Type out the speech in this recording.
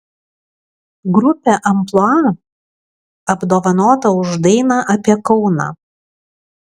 grupė amplua apdovanota už dainą apie kauną